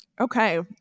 Okay